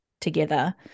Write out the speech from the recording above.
together